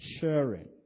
Sharing